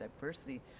Diversity